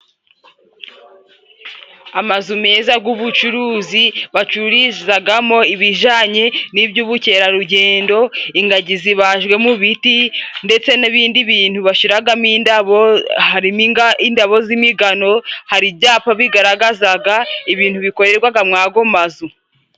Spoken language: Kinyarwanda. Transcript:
Amazu meza gw'ubucuruzi bacururizagamo ibijanye n'iby'ubukerarugendo, ingagi zibajwe mu biti ndetse n'ibindi bintu bashiragamo indabo harimo indabo z'imigano ,hari ibyapa bigaragazaga ibintu bikorerwaga muri ago mazu.